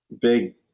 big